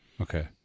Okay